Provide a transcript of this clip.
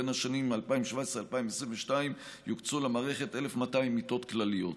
בשנים 2017 2022 יוקצו למערכת 1,200 מיטות כלליות.